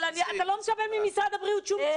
אבל אתה לא מקבל שום תשובה ממשרד הבריאות.